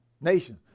nation